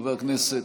אני פה.